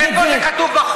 איפה זה כתוב בחוק?